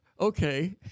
okay